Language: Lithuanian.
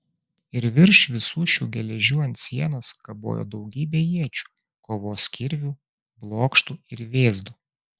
ir virš visų šių geležių ant sienos kabojo daugybė iečių kovos kirvių blokštų ir vėzdų